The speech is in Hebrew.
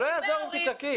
זה לא יעזור אם תצעקי.